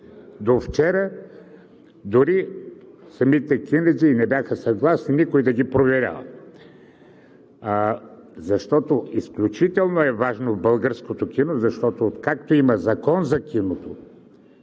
До вчера дори самите кинаджии не бяха съгласни някой да ги проверява, защото е изключително важно българското кино – откакто има Закон за киното,